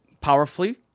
powerfully